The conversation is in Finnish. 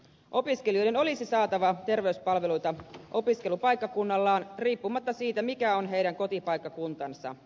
opiskelijoiden olisi saatava terveyspalveluita opiskelupaikkakunnallaan riippumatta siitä mikä on heidän kotipaikkakuntansa